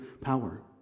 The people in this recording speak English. power